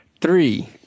three